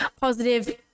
positive